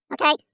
Okay